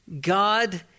God